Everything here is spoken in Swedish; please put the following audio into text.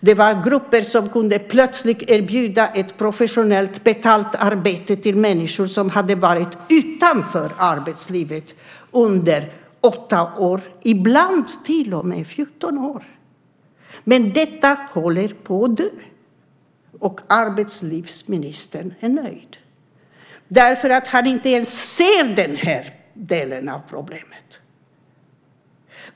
Det var grupper som plötsligt kunde erbjuda ett professionellt betalt arbete till människor som hade varit utanför arbetslivet i 8 år, ibland till och med i 14 år. Detta håller på att dö. Arbetslivsministern är nöjd. Han ser inte ens den här delen av problemet.